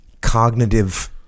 cognitive